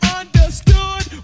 understood